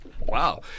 wow